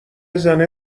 زنه